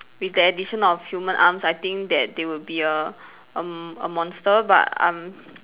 with the addition of human arms I think that they would be a um a monster but I'm